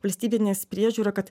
valstybinis priežiūra kad